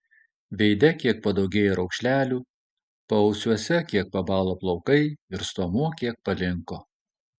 veide kiek padaugėjo raukšlelių paausiuose kiek pabalo plaukai ir stuomuo kiek palinko